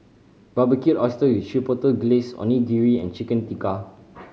Barbecued Oyster with Chipotle Glaze Onigiri and Chicken Tikka